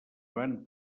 van